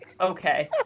okay